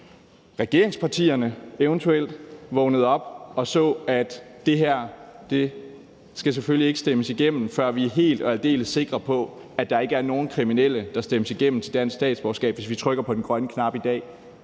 regeringspartierne eventuelt vågnede op og så, at det her selvfølgelig ikke skal stemmes igennem, før vi er helt og aldeles sikre på, at der ikke er nogen kriminelle, der stemmes igennem til dansk statsborgerskab, hvis vi trykker på den grønne knap i dag.